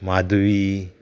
Madhavi